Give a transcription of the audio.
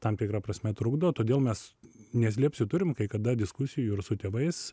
tam tikra prasme trukdo todėl mes neslėpsiu turim kai kada diskusijų ir su tėvais